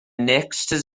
nächste